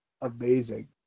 Amazing